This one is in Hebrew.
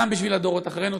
גם בשביל הדורות אחרינו.